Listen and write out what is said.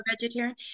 vegetarian